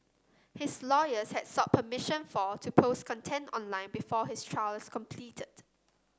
his lawyers had sought permission for to post content online before his trial is completed